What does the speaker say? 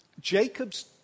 Jacob's